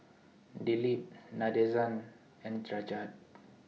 Dilip Nadesan and